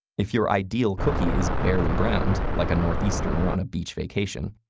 if your ideal cookie is barely browned, like a northeasterner on a beach vacation,